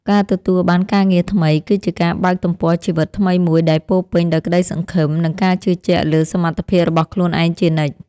ការទទួលបានការងារថ្មីគឺជាការបើកទំព័រជីវិតថ្មីមួយដែលពោរពេញដោយក្ដីសង្ឃឹមនិងការជឿជាក់លើសមត្ថភាពរបស់ខ្លួនឯងជានិច្ច។